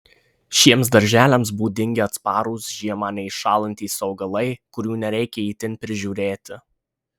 šiems darželiams būdingi atsparūs žiemą neiššąlantys augalai kurių nereikia itin prižiūrėti